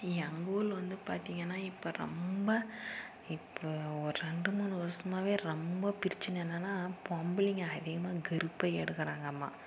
எங்கள் ஊரில் வந்து பார்த்தீங்கனா இப்போ ரொம்ப இப்போ ஒரு ரெண்டு மூணு வருஷமாவே ரொம்ப பிரச்சினை என்னென்னா பொம்பளைங்கள் அதிகமாக கருப்பை எடுக்கிறாங்கம்மா